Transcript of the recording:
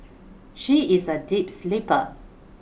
she is a deep sleeper